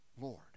Lord